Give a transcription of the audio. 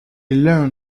learn